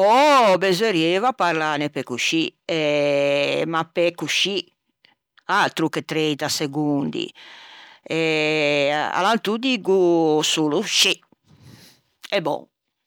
ò beseurrieiva parlâne pe coscì eh ma pe coscì, atro che trenta segondi e alantô diggo solo scì e bon.